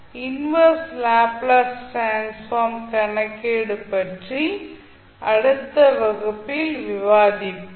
inverse Laplace transform கணக்கீடு பற்றி அடுத்த வகுப்பில் விவாதிப்போம்